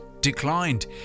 declined